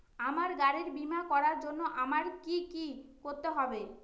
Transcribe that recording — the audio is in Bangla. আমার গাড়ির বীমা করার জন্য আমায় কি কী করতে হবে?